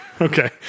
okay